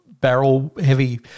barrel-heavy